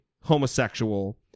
homosexual